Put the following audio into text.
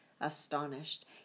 Astonished